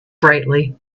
brightly